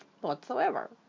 whatsoever